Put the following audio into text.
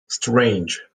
strange